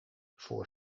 voor